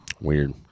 Weird